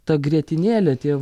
ta grietinėlė tie